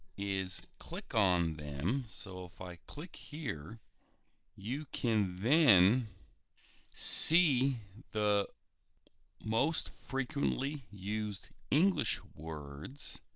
is click on them, so if i click here you can then see the most frequently used english words